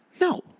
No